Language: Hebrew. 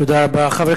תודה רבה.